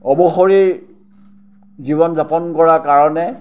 অৱসৰী জীৱন যাপন কৰাৰ কাৰণে